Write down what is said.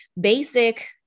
basic